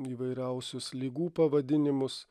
įvairiausius ligų pavadinimus